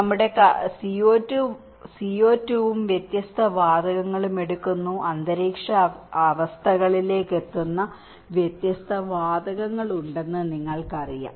നമ്മുടെ CO2 ഉം വ്യത്യസ്ത വാതകങ്ങളും എടുക്കുന്നു അന്തരീക്ഷ അവസ്ഥകളിലേക്ക് എത്തുന്ന വ്യത്യസ്ത വാതകങ്ങളുണ്ടെന്ന് നിങ്ങൾക്കറിയാം